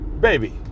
baby